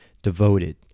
Devoted